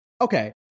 okay